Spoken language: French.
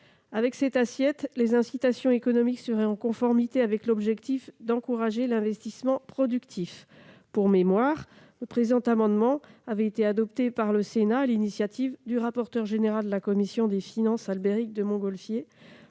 Avec cette assiette, les incitations économiques seraient en conformité avec l'objectif d'encourager l'investissement productif. Pour rappel, le présent amendement a déjà été adopté par le Sénat sur l'initiative du rapporteur général de la commission des finances, Albéric de Montgolfier,